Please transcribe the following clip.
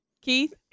Keith